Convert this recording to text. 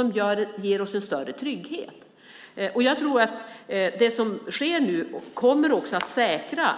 Det ger oss en större trygghet. Jag tror att det som nu sker också kommer att säkra